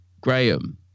Graham